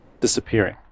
disappearing